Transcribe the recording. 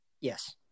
Yes